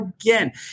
Again